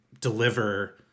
deliver